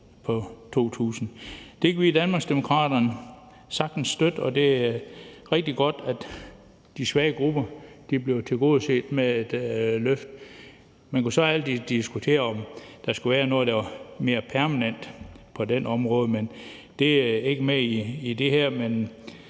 også 2.000 kr. Det kan vi i Danmarksdemokraterne sagtens støtte. Det er rigtig godt, at de svage grupper bliver tilgodeset med et løft. Man kunne så altid diskutere, om der skulle være noget, der var mere permanent på det område, men det er ikke med i det her.